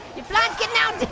your plants getting out